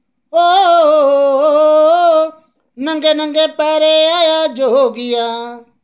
ओ नंगे नंगे पैरे आया जोगिया